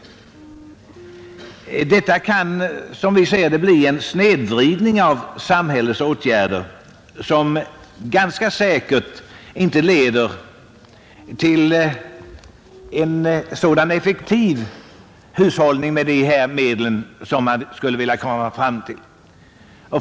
Som vi ser det kan motionärernas förslag medföra en snedvridning av samhällets åtgärder, som ganska säkert inte skulle leda till den effektiva hushållning med dessa medel som man skulle vilja uppnå.